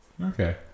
Okay